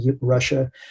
Russia